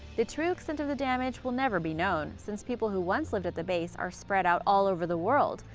the true extent of the damage will never be known, since people who once lived at the base are spread out all over the world,